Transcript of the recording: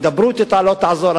הידברות אתה לא תעזור.